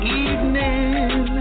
evening